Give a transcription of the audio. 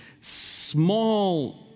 small